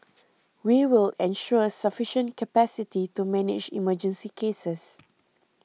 we will ensure sufficient capacity to manage emergency cases